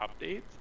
updates